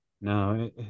no